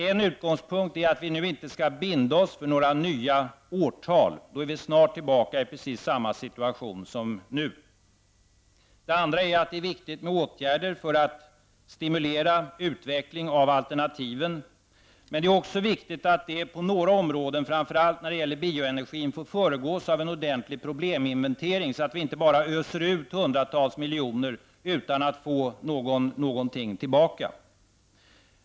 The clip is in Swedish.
En utgångspunkt är att vi inte nu skall binda oss för några nya årtal. Då skulle vi snart vara tillbaka i precis samma situation som nu. En annan är att det är viktigt med åtgärder för att stimulera utveckling av alternativen. Men det är också viktigt att dessa på några områden, framför allt när det gäller bioenergin, föregås av en ordentlig probleminventering så att vi inte bara öser ut hundratals miljoner utan att få någonting tillbaka.